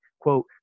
quote